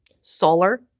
Solar